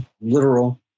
literal